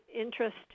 interest